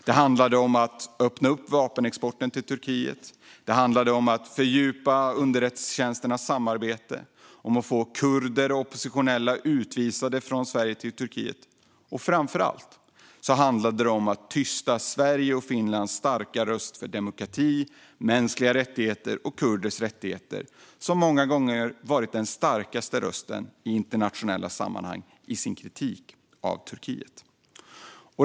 Det handlade om att öppna upp vapenexporten till Turkiet, fördjupa underrättelsetjänsternas samarbete och få kurder och oppositionella utvisade från Sverige till Turkiet. Framför allt handlade det om att tysta Sveriges och Finlands starka röster för demokrati, mänskliga rättigheter och kurders rättigheter. De har många gånger varit de starkaste rösterna i internationella sammanhang i sin kritik av Turkiet.